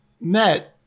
met